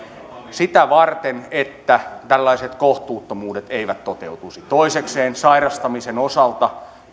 sitä varten että tällaiset kohtuuttomuudet eivät toteutuisi toisekseen sairastamisen osalta